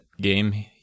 game